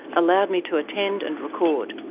allowed me to attend and record.